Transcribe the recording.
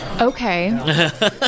Okay